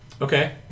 Okay